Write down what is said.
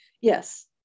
Yes